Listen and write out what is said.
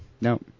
No